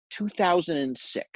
2006